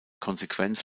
konsequenz